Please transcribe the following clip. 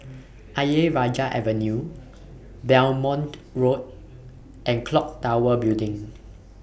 Ayer Rajah Avenue Belmont Road and Clock Tower Building